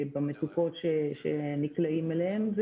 במצוקות שנקלעים אליהן.